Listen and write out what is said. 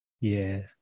yes